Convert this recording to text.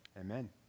Amen